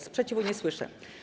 Sprzeciwu nie słyszę.